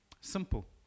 simple